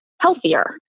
healthier